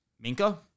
Minka